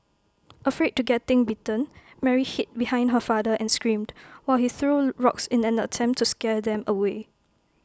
afraid to getting bitten Mary hid behind her father and screamed while he threw rocks in an attempt to scare them away